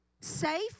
safe